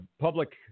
public